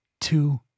Two